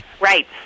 Right